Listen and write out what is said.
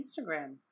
Instagram